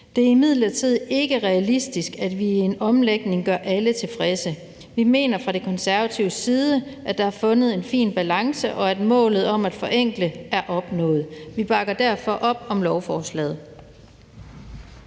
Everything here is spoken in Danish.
Det er imidlertid ikke realistisk, at vi i forbindelse med en omlægning gør alle tilfredse. Vi mener fra De Konservatives side, at der er fundet en fin balance, og at målet om at forenkle er opnået. Vi bakker derfor op om lovforslaget.